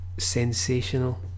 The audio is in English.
Sensational